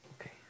Okay